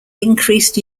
increased